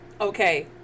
okay